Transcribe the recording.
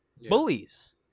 bullies